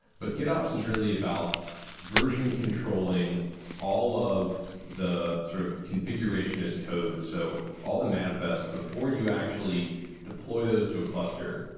but gitops is really about version controlling all of the sort of configuration as code. so all all the manifest, before you actually deploy those to a cluster,